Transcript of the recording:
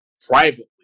privately